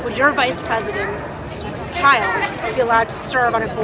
your vice president's child be allowed to serve on a